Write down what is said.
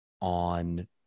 on